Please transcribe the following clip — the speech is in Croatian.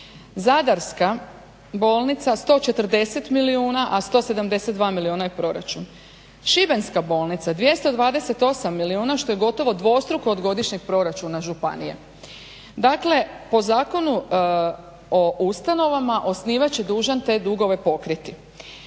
Zadarska bolnica 140 milijuna, a 172 je proračun, šibenska bolnica 228 milijuna što je gotovo dvostruko od godišnjeg proračuna županije. Dakle po Zakonu o ustanovama osnivač je dužan te dugove pokriti.